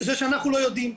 זה שאנחנו לא יודעים,